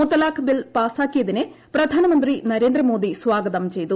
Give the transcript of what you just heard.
മുത്തലാഖ് bill പാസാക്കിയതിനെ പ്രധാനമന്ത്രി നരേന്ദ്രമോദി സ്വാഗതം ചെയ്തു